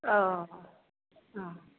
औ